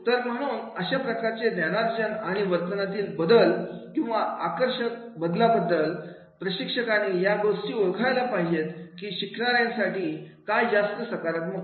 तर म्हणून अशा प्रकारचे ज्ञानार्जन आणि वर्तनातील बदल किंवा आकर्षक बदलाबद्दल प्रशिक्षकाने या गोष्टी ओळखायला पाहिजेत की शिकणाऱ्यांसाठी काय जास्त सकारात्मक असेल